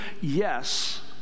yes